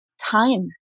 time